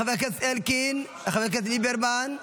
חבר הכנסת אלקין, חבר הכנסת ליברמן,